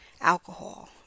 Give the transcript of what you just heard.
alcohol